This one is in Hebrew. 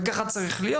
וכך צריך להיות.